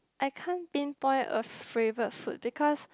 I can't pinpoint a favorite food because